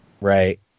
Right